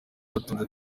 batunze